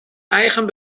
eigen